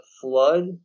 flood